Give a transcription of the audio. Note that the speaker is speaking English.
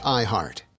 iHeart